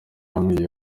hamwe